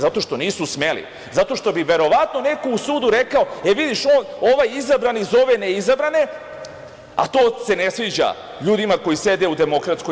Zato što nisu smeli, zato što bi verovatno neko u sudu rekao – e, vidiš ovaj izabrani zove ove neizabrane, a to se ne sviđa ljudima koji sede u DS.